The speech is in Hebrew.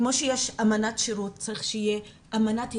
כמו שיש אמנת שירות צריך שתהיה אמנת התנהגות.